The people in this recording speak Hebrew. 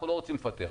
אנחנו לא רוצים לפטר.